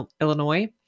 Illinois